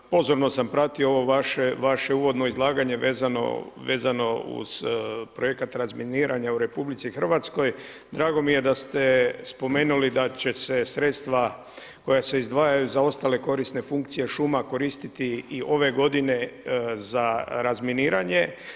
Pozorno sam pratio ovo vaše uvodno izlaganje vezano uz projekat razminiranja u RH, drago mi je da ste spomenuli da će se sredstva koja se izdvajaju za ostale korisne funkcije šuma koristiti i ove godine za razminiranje.